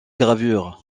gravures